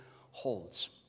holds